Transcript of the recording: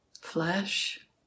flesh